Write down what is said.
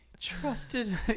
Trusted